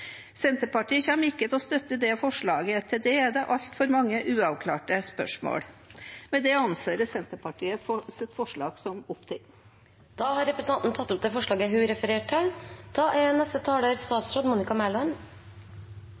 Senterpartiet kommer ikke til å støtte det forslaget. Til det er det altfor mange uavklarte spørsmål. Med det anser jeg at Senterpartiets forslag er tatt opp. Representanten Heidi Greni har tatt opp det forslaget hun refererte til. Jeg er